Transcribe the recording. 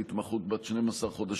של התמחות בת 12 חודשים,